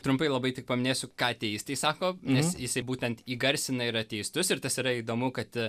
trumpai labai tik paminėsiu ką ateistai sako nes jisai būtent įgarsina ir ateistus ir tas yra įdomu kad a